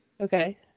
Okay